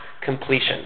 completion